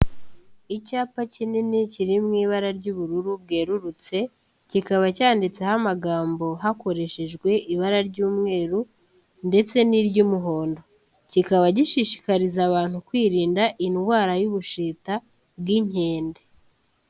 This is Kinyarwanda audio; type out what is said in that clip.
Icyapa kinini kiri mu ibara ry'ubururu bwerurutse, kikaba cyanditseho amagambo hakoreshejwe ibara ry'umweru ndetse n'iry'umuhondo, kikaba gishishikariza abantu kwirinda indwara y'ubushita bw'inkende.